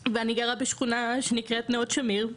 ואני גרה בשכונה שנקראת נאות שמיר,